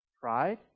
pride